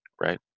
right